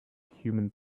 human